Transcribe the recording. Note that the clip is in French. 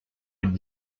être